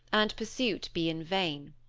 and pursuit be in vain.